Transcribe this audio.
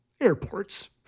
Airports